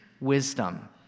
wisdom—